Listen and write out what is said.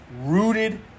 rooted